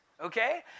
okay